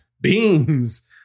Beans